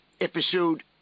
Episode